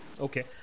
Okay